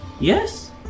Yes